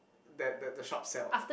that that the shop sell